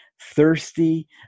thirsty